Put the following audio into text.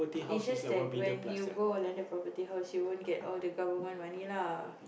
it's just that when you go a landed property house you won't get all the government money lah